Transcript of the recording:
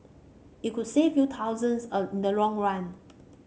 it could save you thousands a in the long run